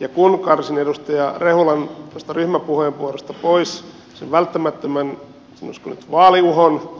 ja kun karsin edustaja rehulan ryhmäpuheenvuorosta pois sen välttämättömän sanoisiko nyt vaaliuhon